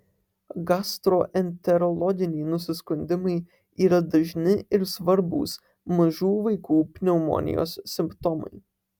gastroenterologiniai nusiskundimai yra dažni ir svarbūs mažų vaikų pneumonijos simptomai